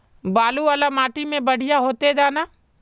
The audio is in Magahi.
बालू वाला माटी में बढ़िया होते दाना?